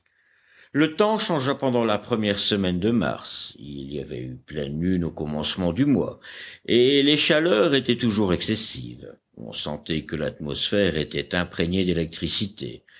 le temps changea pendant la première semaine de mars il y avait eu pleine lune au commencement du mois et les chaleurs étaient toujours excessives on sentait que l'atmosphère était imprégnée d'électricité